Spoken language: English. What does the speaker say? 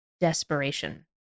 desperation